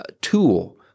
tool